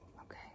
Okay